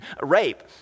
rape